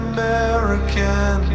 American